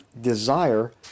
desire